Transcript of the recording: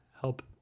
help